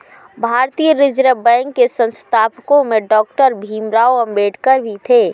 भारतीय reserve bank के संस्थापकों में डॉक्टर भीमराव अंबेडकर भी थे